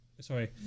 sorry